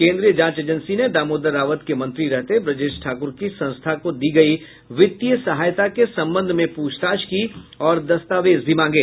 केन्द्रीय जांच एजेंसी ने दामोदर रावत के मंत्री रहते ब्रजेश ठाकुर की संस्था को दी गयी वित्तीय सहायता के संबंध में प्रछताछ की और दस्तावेज भी मांगे